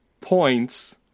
points